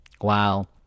Wow